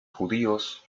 judíos